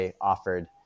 offered